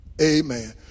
Amen